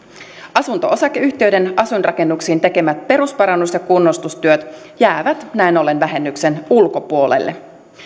asunto osakeyhtiöiden asuinrakennuksiin tekemät perusparannus ja kunnostustyöt jäävät näin ollen vähennyksen ulkopuolelle